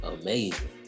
amazing